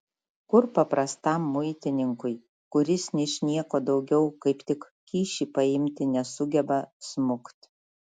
kur paprastam muitininkui kuris ničnieko daugiau kaip tik kyšį paimti nesugeba smukt